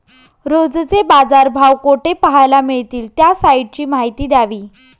रोजचे बाजारभाव कोठे पहायला मिळतील? त्या साईटची माहिती द्यावी